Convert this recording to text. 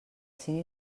cinc